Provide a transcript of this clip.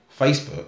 Facebook